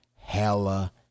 hella